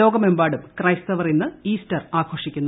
ലോകമെമ്പാടും ക്രൈസ്തവർ ഇന്ന് ഈസ്റ്റർ ആഘോഷിക്കുന്നു